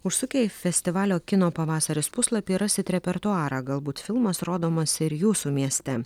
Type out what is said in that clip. užsukę į festivalio kino pavasaris puslapį rasit repertuarą galbūt filmas rodomas ir jūsų mieste